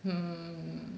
hmm